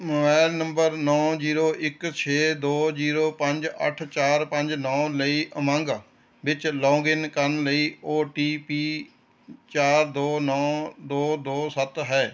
mobile number ਨੌਂ zero ਇੱਕ ਛੇ ਦੋ ਜ਼ੀਰੋ ਪੰਜ ਅੱਠ ਚਾਰ ਪੰਜ ਨੌਂ ਲਈ ਉਮੰਗ ਵਿੱਚ ਲੌਗਇਨ ਕਰਨ ਲਈ ਓ ਟੀ ਪੀ ਚਾਰ ਦੋ ਨੌ ਦੋ ਦੋ ਸੱਤ ਹੈ